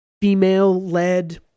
female-led